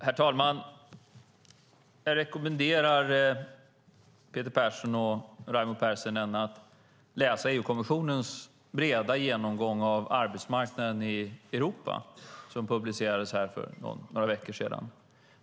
Herr talman! Jag rekommenderar Peter Persson och Raimo Pärssinen att läsa EU-kommissionens breda genomgång av arbetsmarknaden i Europa. Resultatet publicerades för några veckor sedan.